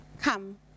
come